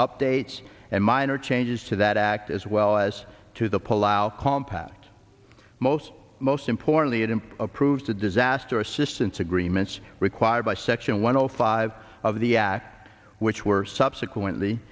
updates and minor changes to that act as well as to the pullout compact most most importantly it is approved to disaster assistance agreements required by section one hundred five of the act which were subsequently